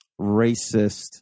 racist